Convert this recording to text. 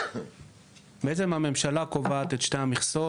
בעצם, הממשלה קובעת את על המכסות.